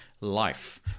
life